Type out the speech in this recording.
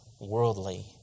worldly